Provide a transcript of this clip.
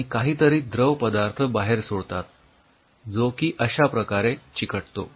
आणि काहीतरी द्रव पदार्थ बाहेर सोडतात जो की अश्या प्रकारे चिकटतो